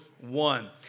one